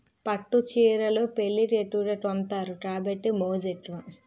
పట్టు చీరలు పెళ్లికి ఎక్కువగా కొంతారు కాబట్టి మోజు ఎక్కువ